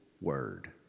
word